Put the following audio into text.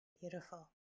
Beautiful